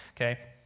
okay